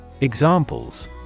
Examples